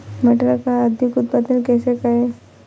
मटर का अधिक उत्पादन कैसे करें?